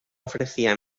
ofrecía